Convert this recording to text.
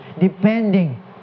depending